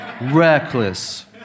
reckless